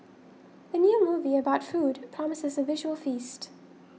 the new movie about food promises a visual feast